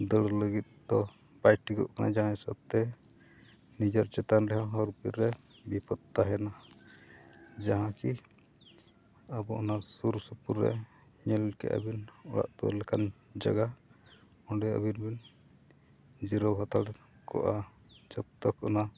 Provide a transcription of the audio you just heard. ᱫᱟᱹᱲ ᱞᱟᱹᱜᱤᱫ ᱫᱚ ᱵᱟᱭ ᱴᱷᱤᱠᱩᱜ ᱠᱟᱱᱟ ᱡᱟᱦᱟᱸ ᱦᱤᱥᱟᱹᱵᱽᱛᱮ ᱱᱤᱡᱮᱨ ᱪᱮᱛᱟᱱ ᱨᱮᱦᱚᱸ ᱦᱚᱨ ᱵᱤᱨ ᱨᱮ ᱵᱤᱯᱚᱫᱽ ᱛᱟᱦᱮᱱᱟ ᱡᱟᱦᱟᱸ ᱠᱤ ᱟᱵᱚ ᱚᱱᱟ ᱥᱩᱨ ᱥᱩᱯᱩᱨ ᱨᱮ ᱧᱮᱞᱠᱮᱫ ᱟᱹᱵᱤᱱ ᱚᱲᱟᱜ ᱫᱩᱣᱟᱹᱨ ᱞᱮᱠᱟᱱ ᱡᱟᱭᱜᱟ ᱚᱸᱰᱮ ᱟᱹᱵᱤᱱ ᱵᱤᱱ ᱡᱤᱨᱟᱹᱣ ᱦᱟᱛᱟᱲ ᱠᱚᱜᱼᱟ ᱡᱚᱵᱽᱛᱚᱠ ᱚᱱᱟ